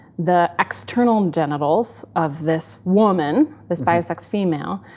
the external genitals of this woman, this bio sex female,